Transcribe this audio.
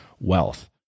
wealth